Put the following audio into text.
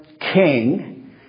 king